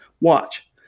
Watch